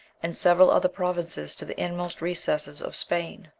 and several other provinces to the inmost recesses of spain.